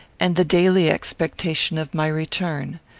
and the daily expectation of my return.